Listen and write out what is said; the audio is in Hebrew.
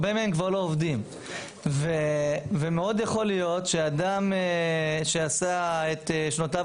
הרבה מהם כבר לא עובדים ומאוד יכול להיות שאדם שעשה את שנותיו